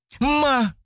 Ma